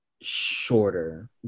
shorter